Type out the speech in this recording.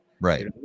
Right